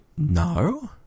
no